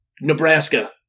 Nebraska